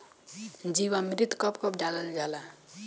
जीवामृत कब कब डालल जाला?